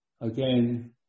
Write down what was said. again